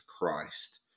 Christ